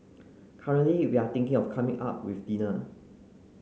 currently we are thinking of coming up with dinner